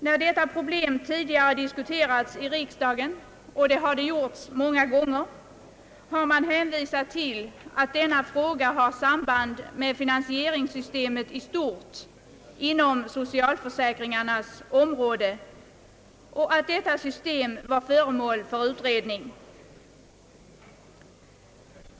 När detta problem tidigare diskuterats — och det har varit många gånger — har man hänvisat till att denna fråga har samband med finansieringssystemet i stort inom socialförsäkringarnas område och att detta system var föremål för utredning.